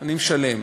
אני משלם.